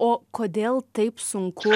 o kodėl taip sunku